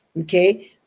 okay